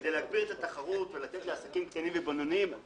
כדי להגביר את התחרות ולתת לעסקים קטנים ובינוניים,